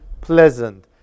pleasant